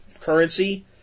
currency